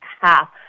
half